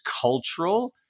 cultural